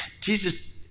Jesus